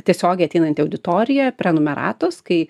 tiesiogiai ateinant į auditoriją prenumeratos kai